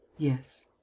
yes.